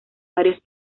varios